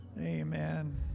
amen